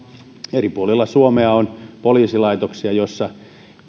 eri puolilla suomea on poliisilaitoksia joissa